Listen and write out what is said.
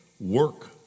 work